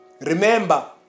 remember